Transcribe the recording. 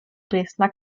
dresdner